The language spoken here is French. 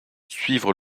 suivre